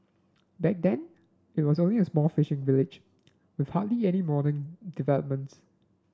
back then it was also a small fishing village with hardly any modern developments